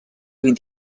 vint